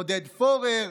עודד פורר,